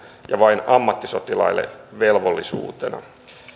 ja vain ammattisotilaille velvollisuutena